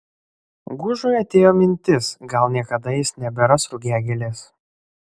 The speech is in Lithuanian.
gužui atėjo mintis gal niekada jis neberas rugiagėlės